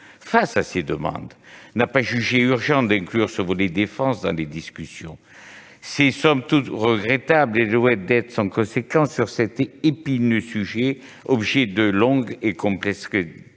face à ses demandes, n'a pas jugé « urgent » d'inclure le volet relatif à la défense dans les discussions. C'est somme toute regrettable et loin d'être sans conséquence sur cet épineux sujet, objet de longues et complexes discussions